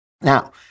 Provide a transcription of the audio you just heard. Now